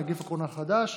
נגיף הקורונה החדש)